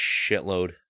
shitload